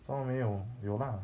什么没有有 lah